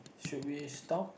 should we stop